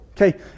okay